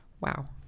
wow